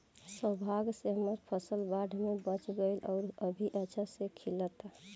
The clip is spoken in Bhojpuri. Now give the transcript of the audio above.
सौभाग्य से हमर फसल बाढ़ में बच गइल आउर अभी अच्छा से खिलता